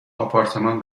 آپارتمان